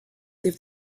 leave